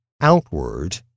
outward